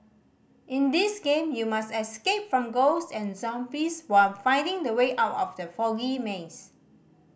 in this game you must escape from ghost and zombies while finding the way out of the foggy maze